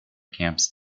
camps